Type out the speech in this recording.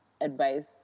advice